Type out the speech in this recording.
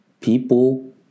People